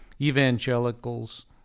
evangelicals